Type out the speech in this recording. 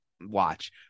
Watch